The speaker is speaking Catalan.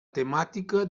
temàtica